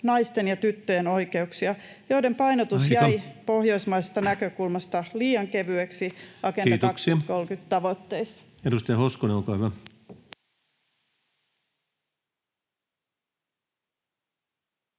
naisten ja tyttöjen oikeuksia, [Puhemies: Aika!] joiden painotus jäi pohjoismaisesta näkökulmasta liian kevyeksi Agenda 2030:n tavoitteissa. Kiitoksia. — Edustaja Hoskonen, olkaa hyvä.